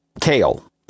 kale